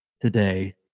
today